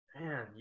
Man